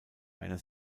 einer